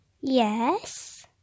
Yes